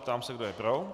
Ptám se, kdo je pro.